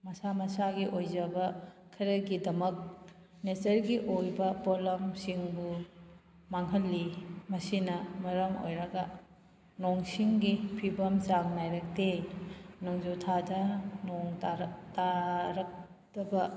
ꯃꯁꯥ ꯃꯁꯥꯒꯤ ꯑꯣꯏꯖꯕ ꯈꯔꯒꯤꯗꯃꯛ ꯅꯦꯆꯔꯒꯤ ꯑꯣꯏꯕ ꯄꯣꯠꯂꯝꯁꯤꯡꯕꯨ ꯃꯥꯡꯍꯜꯂꯤ ꯃꯁꯤꯅ ꯃꯔꯝ ꯑꯣꯏꯔꯒ ꯅꯣꯡ ꯆꯤꯡꯒꯤ ꯐꯤꯕꯝ ꯆꯥꯡ ꯅꯥꯏꯔꯛꯇꯦ ꯅꯣꯡꯖꯨ ꯊꯥꯗ ꯅꯣꯡ ꯇꯥꯔꯛꯇꯕ